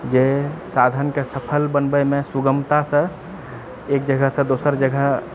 जे साधनके सफल बनबैमे सुगमतासे एक जगहसँ दोसर जगह